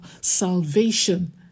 salvation